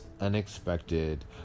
unexpected